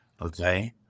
Okay